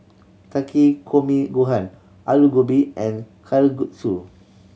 Takikomi Gohan Alu Gobi and Kalguksu